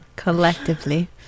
Collectively